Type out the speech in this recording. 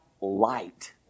light